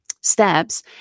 steps